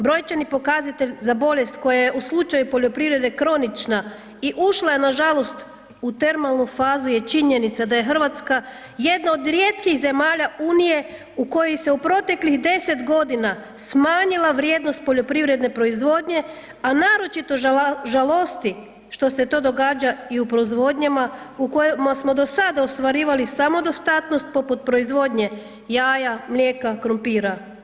Brojčani pokazatelj za bolest koja je u slučaju poljoprivrede kronična i ušla je nažalost u termalnu fazu je činjenica da je RH jedna od rijetkih zemalja unije u kojoj se u proteklih 10.g. smanjila vrijednost poljoprivredne proizvodnje, a naročito žalosti što se to događa i u proizvodnjama u kojima smo do sada ostvarivali samodostatnost poput proizvodnje jaja, mlijeka, krumpira.